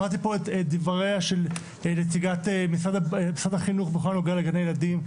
שמעתי פה את דבריה של נציגת משרד החינוך בכל הנודע לגני ילדים,